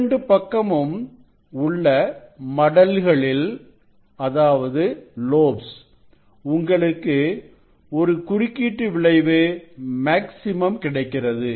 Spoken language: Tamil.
இரண்டு பக்கமும் உள்ள மடல்களில் உங்களுக்கு ஒரு குறுக்கீட்டு விளைவு மேக்சிமம் கிடைக்கிறது